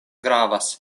gravas